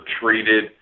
treated